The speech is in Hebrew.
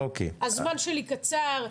הזמן שלי קצר.